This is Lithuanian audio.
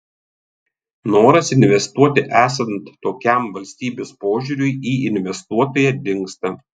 noras investuoti esant tokiam valstybės požiūriui į investuotoją dingsta